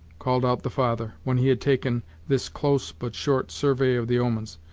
called out the father, when he had taken this close but short survey of the omens,